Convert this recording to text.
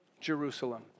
Jerusalem